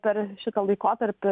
per šitą laikotarpį